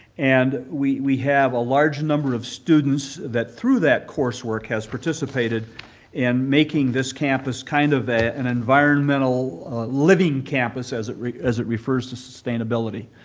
and we have a large number of students that through that coursework has participated in making this campus kind of an environmental living campus as it as it refers to sustainability.